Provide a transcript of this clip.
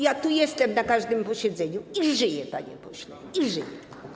Ja tu jestem na każdym posiedzeniu i żyję, panie pośle, i żyję.